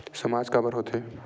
सामाज काबर हो थे?